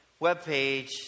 webpage